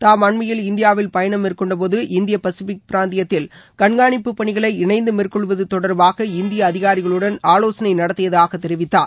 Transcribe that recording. தாம் அண்மையில் இந்தியாவில் பயணம் மேற்கொண்டபோது இந்திய பசிபிக் பிராந்தியத்தில் கண்காணிப்பு பணிகளை இணைந்து மேற்கொள்வது தொடர்பாக இந்திய அதிகாரிகளுடன்ஆலோசனை நடத்தியதாக தெரிவித்தார்